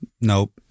Nope